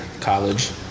college